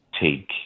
take